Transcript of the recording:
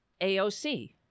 AOC